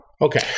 Okay